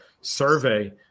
survey